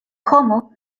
homo